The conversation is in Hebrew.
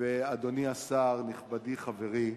ואדוני השר, נכבדי, חברי,